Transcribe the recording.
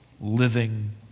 living